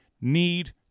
need